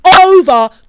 over